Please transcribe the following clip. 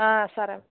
సరే